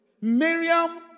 Miriam